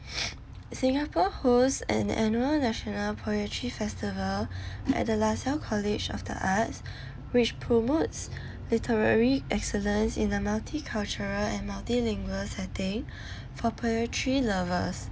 singapore hosts an annual national poetry festival at the lasalle college of the arts which promotes literary excellence in a multicultural and multilingual setting for poetry lovers